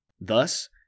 Thus